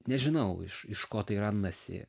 nežinau iš iš ko tai randasi